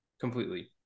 completely